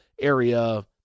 area